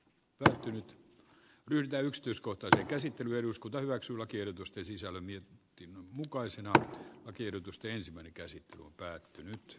mieltynyt kyläyhdistys kotoä käsittely eduskunta hyväksyy lakiehdotusten sisällön miettien mukaisina lakiehdotusten ensimmäinen käsittely on päättynyt